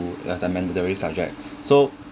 less mandatory subject so